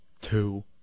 two